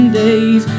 days